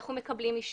אנחנו מקבלים אישור.